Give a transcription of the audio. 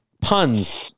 puns